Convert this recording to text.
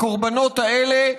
הקורבנות האלה,